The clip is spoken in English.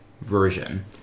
version